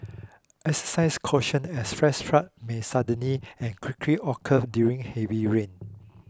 exercise caution as flash floods may suddenly and quickly occur during heavy rain